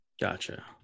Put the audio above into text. Gotcha